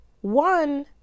one